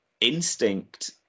instinct